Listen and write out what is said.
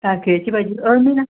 ताळखिळ्याची भाजी अळमी ना